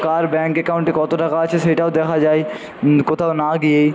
কার bank অ্যাকাউন্টে কতো টাকা আছে সেটাও দেখা যায় কোথাও না গিয়েই